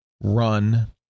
run